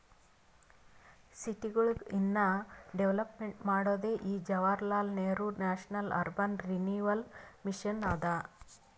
ಸಿಟಿಗೊಳಿಗ ಇನ್ನಾ ಡೆವಲಪ್ಮೆಂಟ್ ಮಾಡೋದೇ ಈ Jawaharlal Nehru national urban renewal mission ಅದಾ